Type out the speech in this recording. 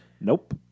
Nope